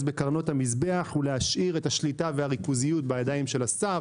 בקרנות המזבח ולהשאיר את השליטה ואת הריכוזיות בידיים של השר,